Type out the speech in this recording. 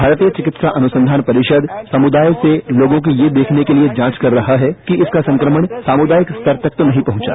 भारतीय चिकित्सा अनुसंधान परिषद समुदाय से लोगों की यह देखने के लिए जांच कर रहा है कि इसका संक्रमण सामुदायिक स्तर तक तो नहीं पहुंचा